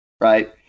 right